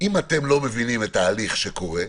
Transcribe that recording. אם אתם לא מבינים את ההליך שקורה,